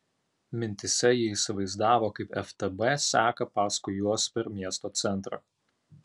mintyse ji įsivaizdavo kaip ftb seka paskui juos per miesto centrą